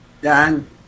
Dan